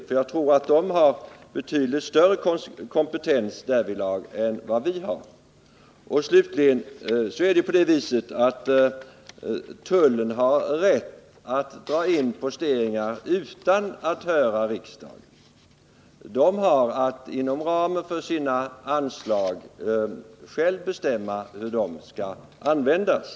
Jag tror att tullverket därvidlag har betydligt större kompetens än vi. Slutligen är det ju så att tullen har rätt att dra in posteringar utan att höra riksdagen. Tullen har att inom ramen för sina anslag själv bestämma hur dessa skall användas.